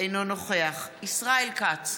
אינו נוכח ישראל כץ,